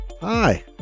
Hi